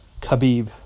Khabib